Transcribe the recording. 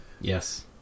Yes